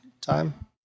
time